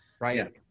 Right